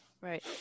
Right